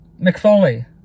McFoley